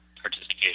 participation